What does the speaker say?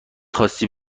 خاستی